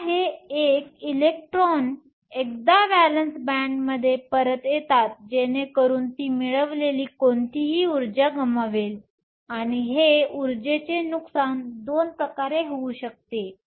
आता हे इलेक्ट्रॉन एकदा व्हॅलेन्स बॅण्डमध्ये परत येतात जेणेकरून ती मिळवलेली कोणतीही ऊर्जा गमावेल आणि हे ऊर्जेचे नुकसान 2 प्रकारे होऊ शकते